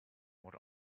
what